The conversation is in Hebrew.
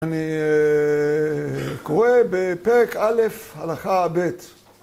אני אהה. ץץקורא בפרק א', הלכה ב'.